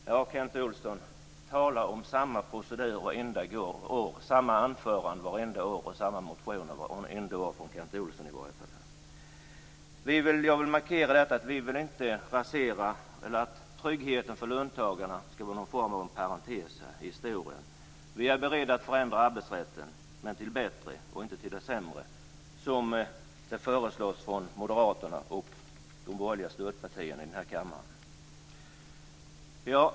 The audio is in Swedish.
Ja, Kent Olsson, man kan tala om samma procedur vartenda år, samma anföranden vartenda år och samma motioner vartenda år - från Kent Olsson i varje fall. Jag vill markera att tryggheten för löntagarna inte skall vara någon form av parentes i historien. Vi är beredda att förändra arbetsrätten, men till det bättre och inte till det sämre som det föreslås från Moderaterna och de borgerliga stödpartierna i den här kammaren.